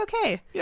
okay